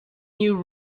new